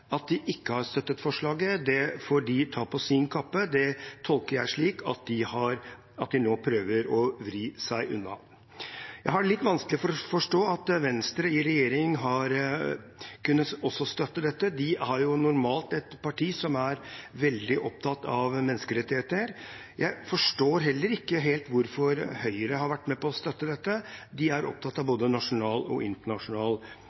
at de ikke har støttet forslaget, får de ta på sin kappe. Det tolker jeg slik at de nå prøver å vri seg unna. Jeg har litt vanskelig for å forstå at Venstre i regjering også har kunnet støtte dette. De er jo normalt et parti som er veldig opptatt av menneskerettigheter. Jeg forstår heller ikke helt hvorfor Høyre har vært med på å støtte dette – de er opptatt av både nasjonal og internasjonal